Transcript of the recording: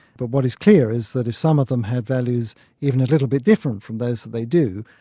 but what is clear is that if some of them have values even a little bit different from those that they do,